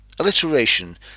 alliteration